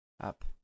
Up